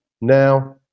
now